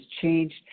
changed